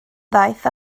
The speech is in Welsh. ddaeth